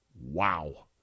Wow